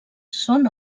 són